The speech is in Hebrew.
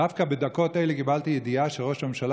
דווקא בדקות אלה קיבלתי ידיעה שראש הממשלה